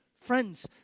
friends